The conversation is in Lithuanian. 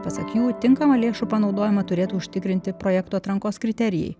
pasakyti tinkamą lėšų panaudojimą turėtų užtikrinti projektų atrankos kriterijai